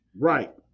Right